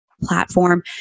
platform